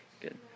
Good